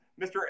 Mr